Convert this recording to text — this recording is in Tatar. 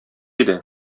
иде